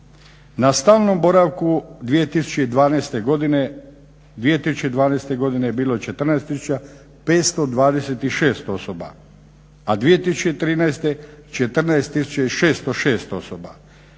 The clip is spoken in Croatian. Na stalnom boravku 2012. godine bilo je 14526 osoba, a 2013. 14606 osoba.